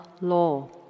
law